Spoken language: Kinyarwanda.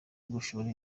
gushora